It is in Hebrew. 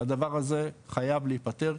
והדבר הזה חייב להיפתר,